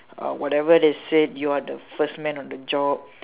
ah whatever they said you are the first man on the job